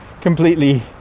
completely